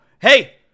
Hey